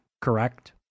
correct